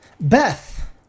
Beth